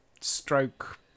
stroke